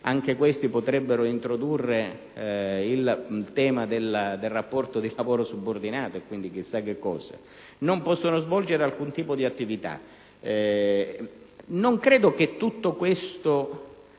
anche questo potrebbe introdurre il tema del rapporto di lavoro subordinato, e quindi chissà che cosa, non possono svolgere alcun tipo di attività e debbono fare un minimo